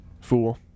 Fool